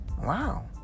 Wow